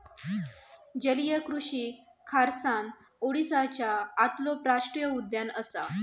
जलीय कृषि खारसाण ओडीसाच्या आतलो राष्टीय उद्यान असा